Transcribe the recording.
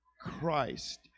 Christ